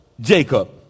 Jacob